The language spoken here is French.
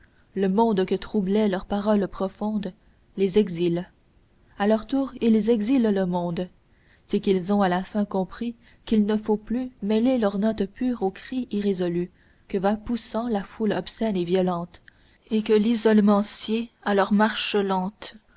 le monde que troublait leur parole profonde les exile a leur tour ils exilent le monde c'est qu'ils ont à la fin compris qu'ils ne faut plus mêler leur note pure aux cris irrésolus que va poussant la foule obscène et violente et que l'isolement sied à leur marche lente